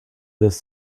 this